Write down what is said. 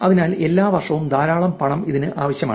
അതിനാൽ എല്ലാ വർഷവും ധാരാളം പണം ഇതിന് ആവശ്യമാണ്